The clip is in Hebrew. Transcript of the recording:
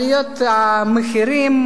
עליות המחירים,